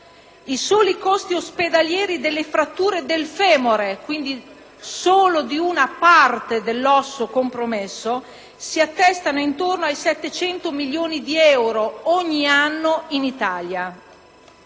I soli costi ospedalieri delle fratture del femore, quindi solo di una parte dell'osso compromesso, si attestano ogni anno in Italia